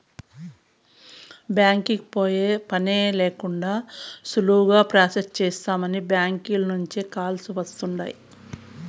బ్యాంకీకి పోయే పనే లేకండా సులువుగా ప్రొసెస్ చేస్తామని బ్యాంకీల నుంచే కాల్స్ వస్తుండాయ్